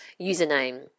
username